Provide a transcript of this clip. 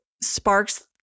sparks